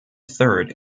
third